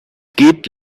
geht